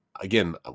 again